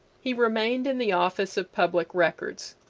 he remained in the office of public records.